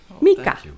Mika